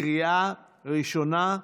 לקריאה ראשונה.